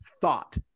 thought